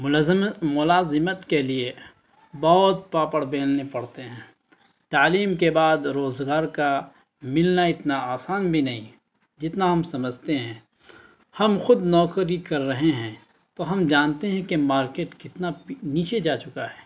ملزم ملازمت کے لیے بہت پاپڑ بیلنے پڑتے ہیں تعلیم کے بعد روزگار کا ملنا اتنا آسان بھی نہیں جتنا ہم سمجھتے ہیں ہم خود نوکری کر رہے ہیں تو ہم جانتے ہیں کہ مارکٹ کتنا نیچے جا چکا ہے